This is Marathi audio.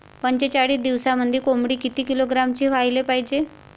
पंचेचाळीस दिवसामंदी कोंबडी किती किलोग्रॅमची व्हायले पाहीजे?